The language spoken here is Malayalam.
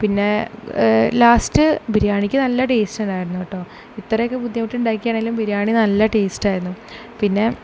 പിന്നെ ലാസ്റ്റ് ബിരിയാണിക്ക് നല്ല ടേസ്റ്റ് ഉണ്ടായിരുന്നു കേട്ടോ ഇത്രയൊക്കെ ബുദ്ധിമുട്ട് ഉണ്ടാക്കിയതാണെങ്കിലും ബിരിയാണി നല്ല ടേസ്റ്റ് ആയിരുന്നു പിന്നെ